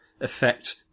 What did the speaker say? effect